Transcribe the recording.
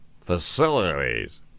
facilities